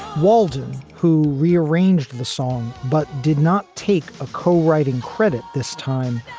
walden, who rearranged the song but did not take a co-writing credit this time,